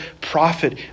prophet